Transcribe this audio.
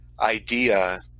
idea